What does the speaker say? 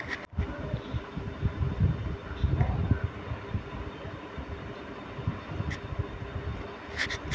कृषि रसायन केरो प्रयोग सँ किसानो क बहुत फैदा होलै